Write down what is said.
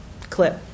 clip